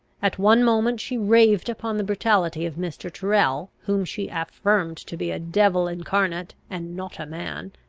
at one moment she raved upon the brutality of mr. tyrrel, whom she affirmed to be a devil incarnate, and not a man.